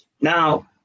Now